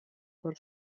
for